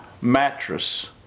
mattress